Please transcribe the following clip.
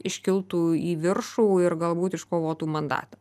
iškiltų į viršų ir galbūt iškovotų mandatą